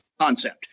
concept